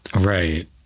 Right